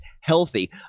healthy